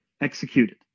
executed